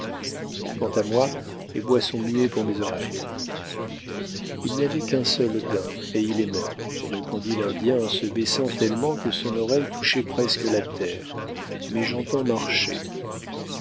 quant à moi les bois sont muets pour mes oreilles il n'y avait qu'un seul daim et il est mort répondit l'indien en se baissant tellement que son oreille touchait presque la terre mais j'entends marcher